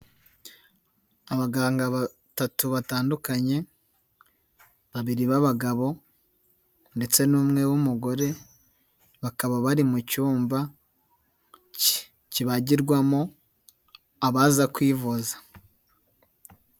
Abaganga batatu batandukanye, babiri babagabo ndetse n'umwe w'umugore, bakaba bari mu cyumba kibagirwamo abaza kwivuza.